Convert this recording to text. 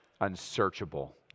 unsearchable